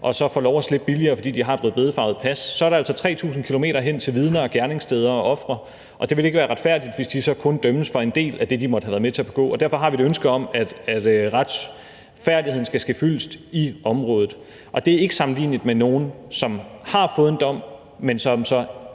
og så får lov til at slippe billigere, fordi de har et rødbedefarvet pas. Så er der altså 3.000 km hen til vidner og gerningssteder og ofre, og det vil ikke være retfærdigt, hvis de så kun dømmes for en del af det, de måtte have været med til at begå. Derfor har vi et ønske om, at retfærdigheden skal ske fyldest i området. Det er ikke sammenligneligt med, at der er nogle, som har fået en dom, men som så